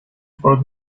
for